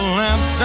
lamp